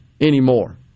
anymore